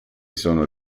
sono